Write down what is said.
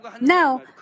Now